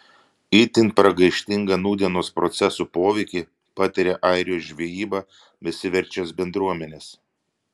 itin pragaištingą nūdienos procesų poveikį patiria airijos žvejyba besiverčiančios bendruomenės